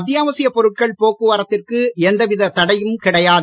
அத்தியாவசியப் பொருட்கள் போக்குவரத்திற்கு எந்தவித தடையும் கிடையாது